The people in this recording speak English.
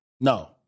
No